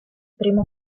primo